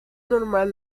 normal